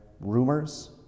rumors